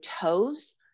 toes